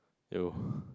yo